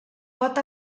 pot